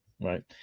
right